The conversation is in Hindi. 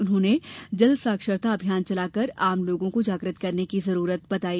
उन्होंने जल साक्षरता अभियान चलाकर आम लोगों को जाग्रत करने की जरूरत बताई